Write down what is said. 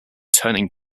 turning